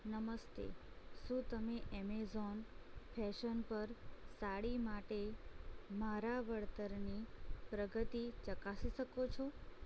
નમસ્તે શું તમે એમેઝોન ફેશન પર સાડી માટે મારા વળતરની પ્રગતિ ચકાસી શકો છો